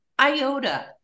iota